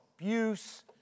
abuse